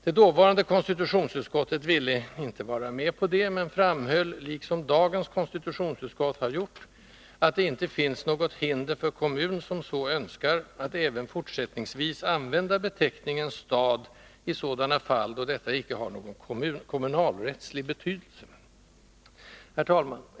Det dåvarande konstitutionsutskottet ville inte vara med på detta men framhöll — liksom dagens konstitutionsutskott har gjort — att det inte finns något hinder för kommun, som så önskar, att även fortsättningsvis använda beteckningen ”stad” i sådana fall då detta icke har någon kommunalrättslig betydelse. Herr talman!